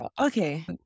Okay